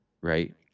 right